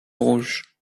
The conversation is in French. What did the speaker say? rouges